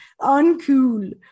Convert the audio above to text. Uncool